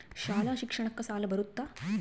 ಶಾಲಾ ಶಿಕ್ಷಣಕ್ಕ ಸಾಲ ಬರುತ್ತಾ?